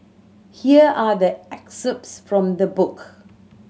here are the excerpts from the book